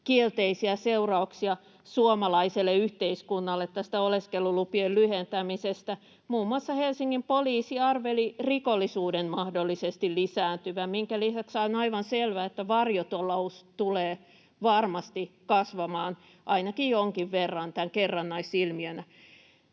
kielteisiä seurauksia suomalaiselle yhteiskunnalle tästä oleskelulupien lyhentämisestä. Muun muassa Helsingin poliisi arveli rikollisuuden mahdollisesti lisääntyvän, minkä lisäksi on aivan selvää, että varjotalous tulee varmasti kasvamaan ainakin jonkin verran tämän kerrannaisilmiönä.